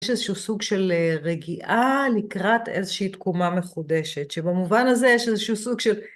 יש איזשהו סוג של רגיעה נקראת איזושהי תקומה מחודשת, שבמובן הזה יש איזשהו סוג של...